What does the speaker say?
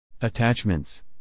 Attachments